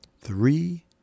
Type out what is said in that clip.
three